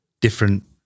different